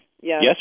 yes